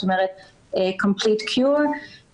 כלומר הבראה מלאה.